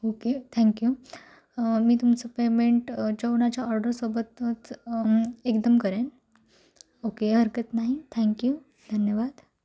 okay thank you मी तुमचं payment जेवणाच्या ऑर्डरसोबतच एकदम करेन ओके हरकत नाही थँक्यू धन्यवाद